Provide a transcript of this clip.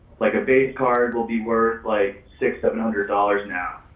like a base card will be worth like six, seven hundred dollars now.